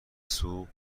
سوخت